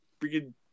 freaking